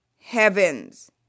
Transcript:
heavens